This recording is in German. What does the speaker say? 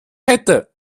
hätte